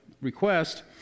request